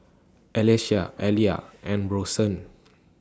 Alecia Aliya and Bronson